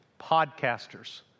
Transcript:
podcasters